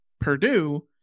Purdue